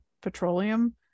petroleum